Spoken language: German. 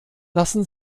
lassen